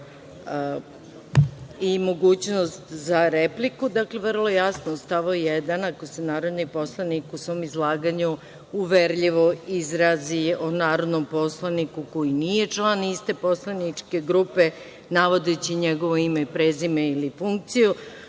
i mogućnost za repliku. Dakle, vrlo je jasno u stavu 1. – ako se narodni poslanik u svom izlaganju uverljivo izrazi o narodnom poslaniku koji nije član iste poslaničke grupe, navodeći njegovo ime i prezime ili funkciju,